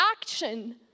action